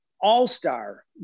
all-star